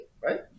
right